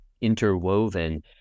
interwoven